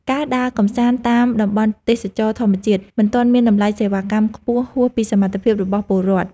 ការដើរកម្សាន្តតាមតំបន់ទេសចរណ៍ធម្មជាតិមិនទាន់មានតម្លៃសេវាកម្មខ្ពស់ហួសពីសមត្ថភាពរបស់ពលរដ្ឋ។